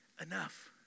enough